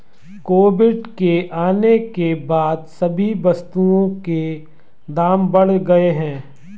Covid के आने के बाद सभी वस्तुओं के दाम बढ़ गए हैं